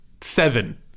seven